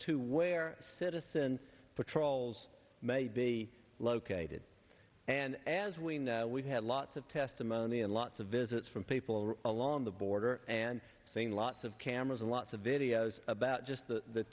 to where citizen patrols may be located and as we know we've had lots of testimony and lots of visits from along the border and thing lots of cameras lots of videos about just the